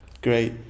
Great